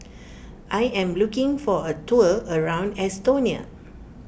I am looking for a tour around Estonia